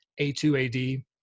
A2AD